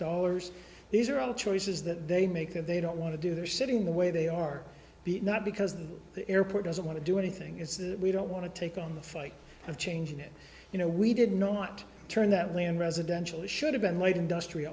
dollars these are all choices that they make that they don't want to do they're sitting the way they are not because the airport doesn't want to do anything it's that we don't want to take on the fight of changing it you know we did not turn that land residentially should have been laid industr